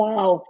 Wow